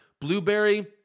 blueberry